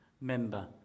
member